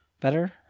Better